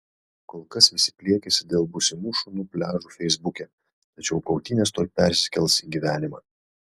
kol kas visi pliekiasi dėl būsimų šunų pliažų feisbuke tačiau kautynės tuoj persikels į gyvenimą